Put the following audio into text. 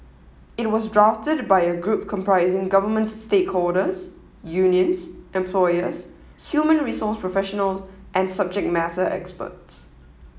it was drafted by a group comprising government stakeholders unions employers human resource professional and subject matter experts